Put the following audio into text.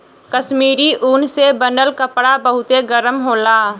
कश्मीरी ऊन से बनल कपड़ा बहुते गरम होला